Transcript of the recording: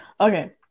okay